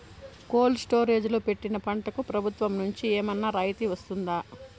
Cold storage లో పెట్టిన పంటకు ప్రభుత్వం నుంచి ఏమన్నా రాయితీ వస్తుందా?